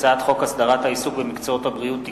הצעת חוק הסדרת העיסוק במקצועות הבריאות (תיקון),